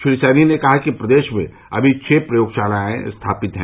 श्री सैनी ने कहा कि प्रदेश में अमी छः प्रयोगशालायें स्थापित हैं